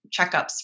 checkups